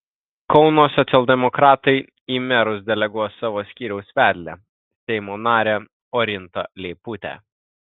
kauno socialdemokratai į merus deleguos savo skyriaus vedlę seimo narę orintą leiputę